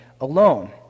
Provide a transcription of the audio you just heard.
alone